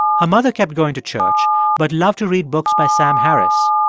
her mother kept going to church but loved to read books by sam harris,